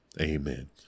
Amen